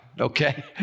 okay